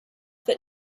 that